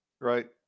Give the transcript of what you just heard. Right